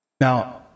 Now